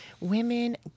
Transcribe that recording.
women